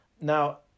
Now